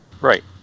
Right